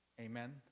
Amen